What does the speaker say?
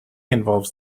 involves